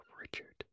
Richard